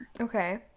Okay